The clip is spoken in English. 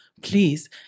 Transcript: please